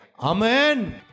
Amen